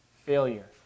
failure